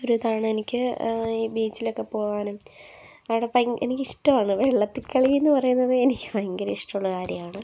ഒരു ഇതാണ് എനിക്ക് ഈ ബീച്ചിലൊക്കെ പോകാനും ആടെ ഭയ എനിക്ക് ഇഷ്ടമാണ് വെള്ളത്തില് കളി എന്ന് പറയുന്നത് എനിക്ക് ഭയങ്കര ഇഷ്ടമുള്ള കാര്യമാണ്